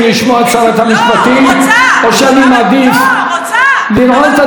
או שאני מעדיף לנעול את הדיון הזה ולגמור את העניין?